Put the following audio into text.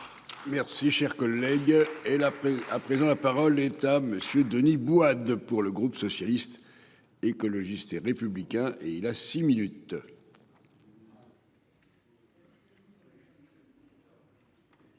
Merci cher collègue. Et la paix. À présent, la parole est à monsieur Denis Bois-d'de pour le groupe socialiste, écologiste et républicain, et il a six minutes.